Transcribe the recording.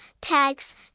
tags